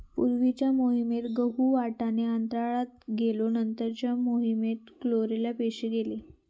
पूर्वीच्या मोहिमेत गहु, वाटाणो अंतराळात गेलो नंतरच्या मोहिमेत क्लोरेला पेशी गेले